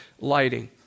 lighting